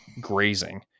grazing